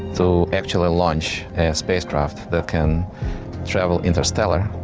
to actually launch a spacecraft that can travel interstellar.